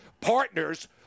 partners